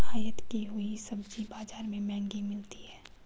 आयत की हुई सब्जी बाजार में महंगी मिलती है